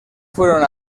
fueron